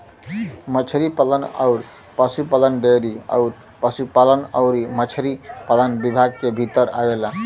मछरी पालन अउर पसुपालन डेयरी अउर पसुपालन अउरी मछरी पालन विभाग के भीतर आवेला